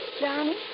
Johnny